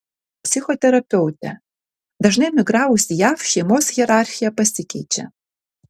psichoterapeutė dažnai emigravus į jav šeimos hierarchija pasikeičia